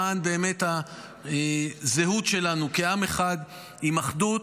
למען הזהות שלנו כעם אחד עם אחדות,